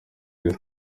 isi